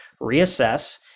reassess